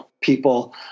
people